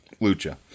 Lucha